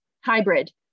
hybrid